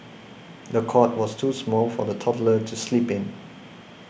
the cot was too small for the toddler to sleep in